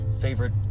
favorite